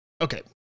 okay